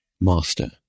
Master